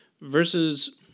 versus